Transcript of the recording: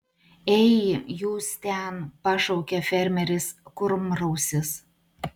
ei jūs ten pašaukė fermeris kurmrausis